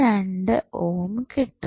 22 ohm കിട്ടും